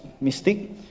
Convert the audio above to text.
mystic